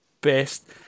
best